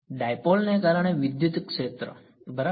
dipole ને કારણે વિદ્યુત ક્ષેત્ર બરાબર